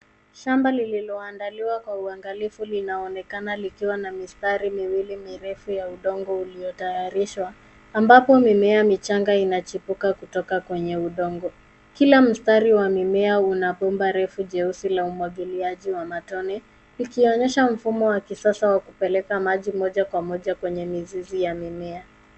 Shamba lililoandaliwa kwa uangalifu linaonekana likiwa na mistari miwili mirefu ya udongo uliotayarishwa, ambapo mimea michanga inachipuka kutoka kwenye udongo. Kila mstari wa mimea una bomba refu jeusi la umwagiliaji wa matone, ikionyesha mfumo wa kisasa wa kupeleka maji moja kwa moja kwenye mizizi ya mimea.